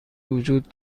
وجود